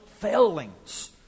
failings